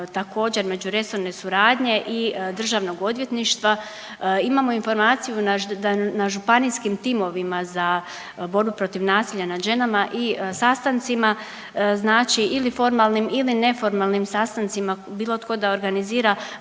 također međuresorne suradnje i državnog odvjetništva. Imamo informaciju da na županijskim timovima za borbu protiv nasilja nad ženama i sastancima znači ili formalni ili neformalnim sastancima, bilo tko da organizira